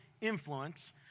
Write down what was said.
influence